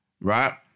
right